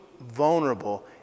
vulnerable